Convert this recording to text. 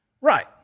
Right